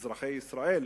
אזרחי ישראל,